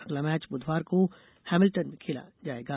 अगला मैच बुधवार को हैमिल्टिन में खेला जायगा